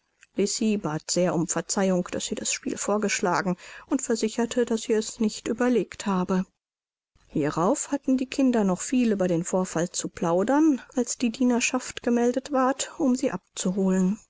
bat sehr um verzeihung daß sie das spiel vorgeschlagen und versicherte daß sie es nicht überlegt habe hierauf hatten die kinder noch viel über den vorfall zu plaudern als die dienerschaft gemeldet ward um sie abzuholen